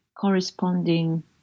corresponding